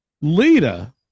Lita